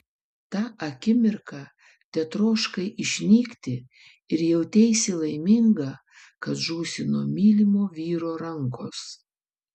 tą akimirką tetroškai išnykti ir jauteisi laiminga kad žūsi nuo mylimo vyro rankos